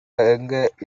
எங்க